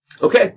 Okay